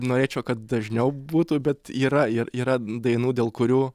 norėčiau kad dažniau būtų bet yra ir yra dainų dėl kurių